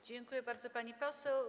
Dziękuję bardzo, pani poseł.